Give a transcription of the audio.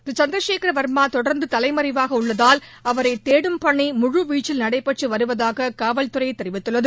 திரு சந்திரசேகர வா்மா தொடர்ந்து தலைமறைவாக உள்ளதால் அவரை தேடும் பணி முழுவீச்சில் நடைபெற்று வருவதாக காவல்துறை தெரிவித்துள்ளது